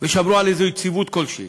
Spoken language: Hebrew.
ושמרו על יציבות כלשהי,